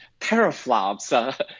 teraflops